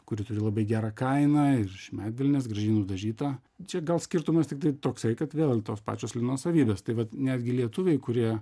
kuri turi labai gerą kainą ir iš medvilnės gražiai nudažyta čia gal skirtumas tiktai toksai kad vėl tos pačios lino savybės tai vat netgi lietuviai kurie